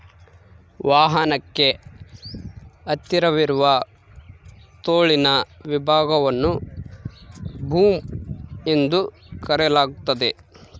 ವಾಹನಕ್ಕೆ ಹತ್ತಿರವಿರುವ ತೋಳಿನ ವಿಭಾಗವನ್ನು ಬೂಮ್ ಎಂದು ಕರೆಯಲಾಗ್ತತೆ